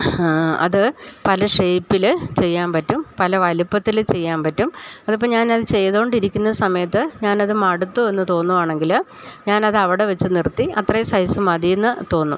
ആ അത് പല ഷേപ്പിൽ ചെയ്യാൻ പറ്റും പല വലിപ്പത്തിൽ ചെയ്യാൻ പറ്റും അതിപ്പം ഞാൻ അത് ചെയ്തോണ്ടിരിക്കുന്ന സമയത്ത് ഞാൻ അത് മടുത്ത് എന്ന് തോന്നുവാണെങ്കിൽ ഞാൻ അതവിടെ വെച്ച് നിർത്തി അത്രയും സൈസ് മതി എന്ന് തോന്നും